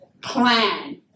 plan